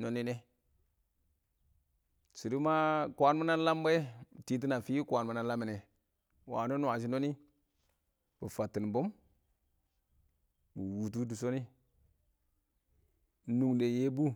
nɔ nɪ nɛ, shɪ dɔ ma kwaan mnɪ a lambɛ ma tɪtɪn a fɪ kwaan mɪn a lammɪn nɛ, bɪ wangɪn nwashɪ nɔnɪ bɪ fattɪn kwaan bʊm bɪ wʊtɔ dɪ shɔ nɪ, ɪng nungdə Yebu,